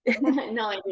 No